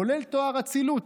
כולל תואר אצילות.